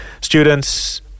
students